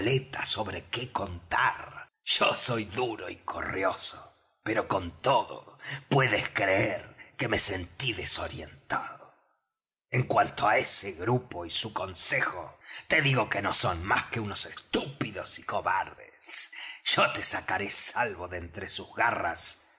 sobre qué contar yo soy duro y correoso pero con todo puedes creer que me sentí desorientado en cuanto á ese grupo y su concejo te digo que no son más que unos estúpidos y cobardes yo te sacaré salvo de entre sus garras